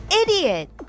Idiot